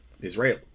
Israel